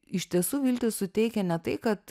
iš tiesų viltį suteikia ne tai kad